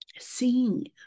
Seeing